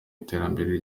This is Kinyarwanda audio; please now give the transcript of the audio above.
iterambere